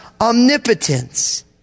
omnipotence